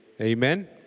Amen